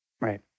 Right